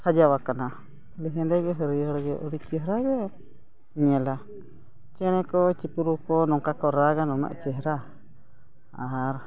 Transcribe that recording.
ᱥᱟᱡᱟᱣ ᱠᱟᱱᱟ ᱦᱮᱸᱫᱮᱜᱮ ᱦᱟᱹᱨᱭᱟᱹᱲ ᱜᱮ ᱟᱹᱰᱤ ᱪᱮᱦᱨᱟ ᱜᱮᱢ ᱧᱮᱞᱟ ᱪᱮᱬᱮ ᱠᱚ ᱪᱤᱯᱨᱩ ᱠᱚ ᱱᱚᱝᱠᱟ ᱠᱚ ᱨᱟᱜᱟ ᱱᱩᱱᱟᱹᱜ ᱪᱮᱦᱨᱟ ᱟᱨ